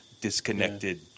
disconnected